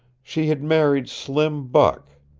she had married slim buck.